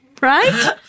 Right